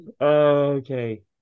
Okay